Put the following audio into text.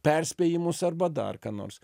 perspėjimus arba dar ką nors